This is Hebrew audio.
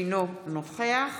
אינו נוכח